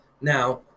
Now